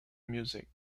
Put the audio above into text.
music